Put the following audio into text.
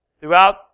Throughout